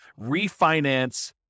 refinance